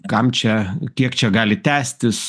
kam čia kiek čia gali tęstis